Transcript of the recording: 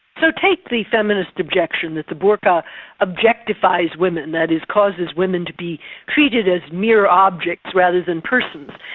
so take the feminist objection that the burqa objectifies women, that is, causes women to be treated as mere objects, rather than persons.